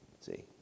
See